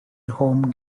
home